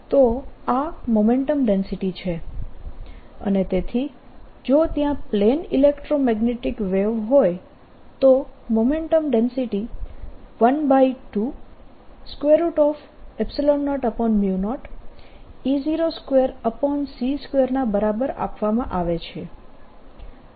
તો આ momentum density છે અને તેથી જો ત્યાં પ્લેન ઇલેક્ટ્રોમેગ્નેટીક વેવ હોય તો મોમેન્ટમ ડેન્સિટી 1200 E02c2 ના બરાબર આપવામાં આવે છે